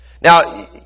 Now